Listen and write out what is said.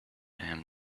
him